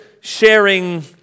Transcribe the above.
sharing